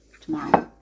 tomorrow